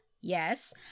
Yes